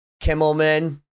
Kimmelman